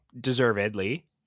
Deservedly